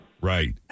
Right